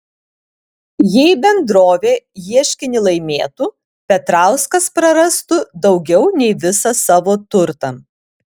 jei bendrovė ieškinį laimėtų petrauskas prarastų daugiau nei visą savo turtą